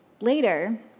Later